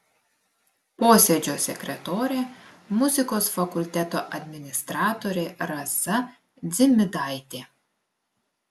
posėdžio sekretorė muzikos fakulteto administratorė rasa dzimidaitė